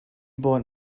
bought